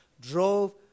drove